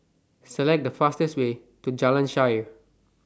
Select The fastest Way to Jalan Shaer